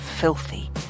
filthy